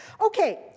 Okay